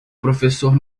professor